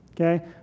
okay